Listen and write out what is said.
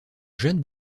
jeanne